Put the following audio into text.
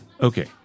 Okay